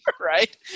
Right